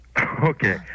Okay